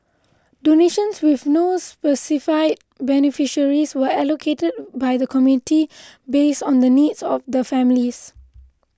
donations with no specified beneficiaries were allocated by the committee based on the needs of the families